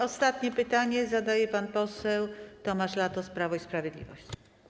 Ostatnie pytanie zadaje pan poseł Tomasz Latos, Prawo i Sprawiedliwość.